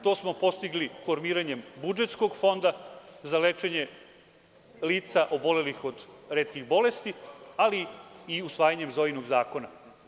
To smo postigli formiranjem budžetskog fonda za lečenje lica obolelih od retkih bolesti, ali i usvajanjem „Zojinog zakona“